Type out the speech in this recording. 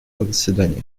заседания